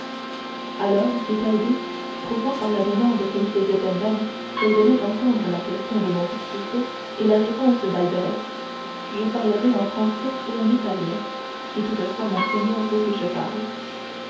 alors dit haydée prouvant par la demande qu'elle faisait elle-même qu'elle venait d'entendre la question de monte cristo et la réponse d'albert je parlerai en français ou en italien si toutefois mon seigneur veut que je parle